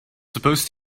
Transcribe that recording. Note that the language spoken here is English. supposed